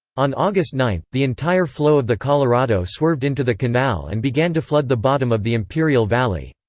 on august nine, the entire flow of the colorado swerved into the canal and began to flood the bottom of the imperial valley.